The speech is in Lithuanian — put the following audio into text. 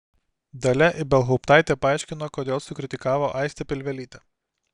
dalia ibelhauptaitė paaiškino kodėl sukritikavo aistę pilvelytę